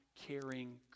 caring